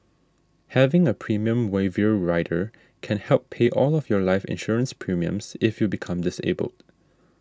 having a premium waiver rider can help pay all of your life insurance premiums if you become disabled